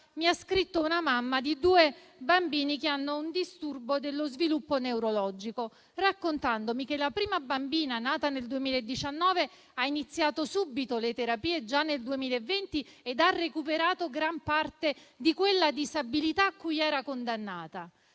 mi ha scritto una mamma di due bambini che hanno un disturbo dello sviluppo neurologico, raccontandomi che la prima bambina, nata nel 2019, ha iniziato subito le terapie già nel 2020 ed ha recuperato gran parte di quella disabilità a cui era condannata;